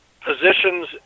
positions